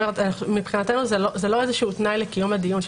מבחינתנו זה לא תנאי לקיום הדיון.